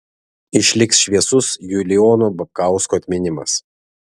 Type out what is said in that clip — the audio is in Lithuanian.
išliks šviesus julijono babkausko atminimas